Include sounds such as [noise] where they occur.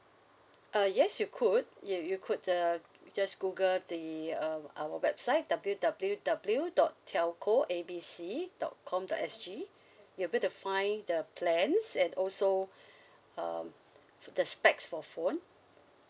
uh yes you could you you could uh just google the uh our website W_W_W dot telco A B C dot com dot S_G you're able to find the plans and also [breath] um the specs for phone